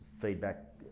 feedback